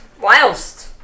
Whilst